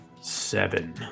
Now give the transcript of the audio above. Seven